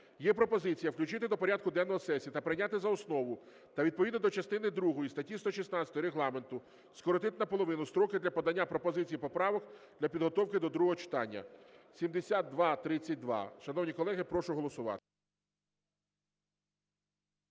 Є пропозиція включити до порядку денного сесії та прийняти за основу та відповідно до частини другої статті 116 Регламенту скоротити наполовину строк для подання пропозицій і поправок для підготовки до другого читання. 7232. Шановні колеги, прошу голосувати.